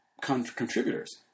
contributors